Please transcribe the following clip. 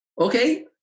okay